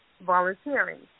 volunteering